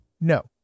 No